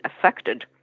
affected